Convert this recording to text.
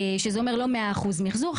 שזה אומר לא 100% מיחזור,